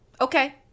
okay